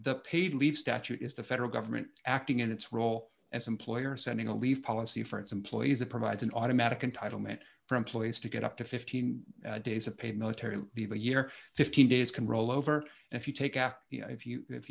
the paid leave statute is the federal government acting in its role as employer sending a leave policy for its employees it provides an automatic in title meant for employees to get up to fifteen days of paid military and even a year or fifteen days can roll over and if you take after you know if you if